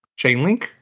Chainlink